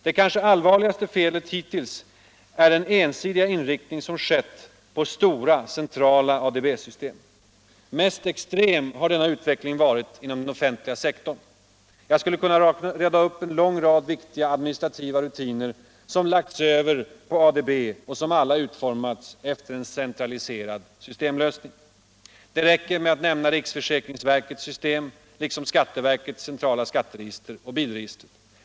Det kanske allvarligaste felet hittills är den ensidiga inriktning på stora centrala ADB-system som man haft. Mest extrem har denna utveckling varit inom den offentliga sektorn. Jag skulle kunna rada upp en lång rad viktiga administrativa rutiner som lagts över på ADB och som alla utformats efter en centraliserad systemlösning. Det räcker att nämna riksförsäkringsverkets system liksom skatteverkets centrala skatteregister och bilregistret.